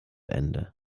ende